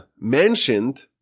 mentioned